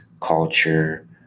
culture